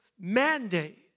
mandate